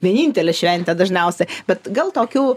vienintelė šventė dažniausiai bet gal tokių